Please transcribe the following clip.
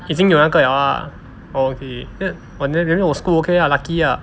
已经有那个了 lah okay then 我 school okay lah lucky lah